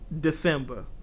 December